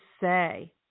say